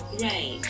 right